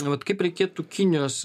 vat kaip reikėtų kinijos